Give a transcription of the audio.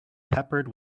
peppered